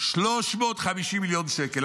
350 מיליון שקל.